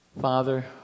Father